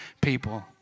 people